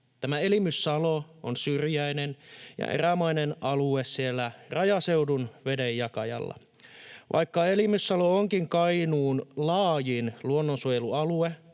Elimyssalo on syrjäinen ja erämainen alue siellä rajaseudun vedenjakajalla. Vaikka Elimyssalo onkin Kainuun laajin luonnonsuojelualue,